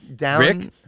Rick